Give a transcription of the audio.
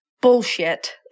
bullshit